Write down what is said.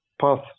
path